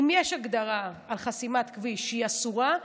אם יש הגדרה על חסימת כביש שהיא אסורה,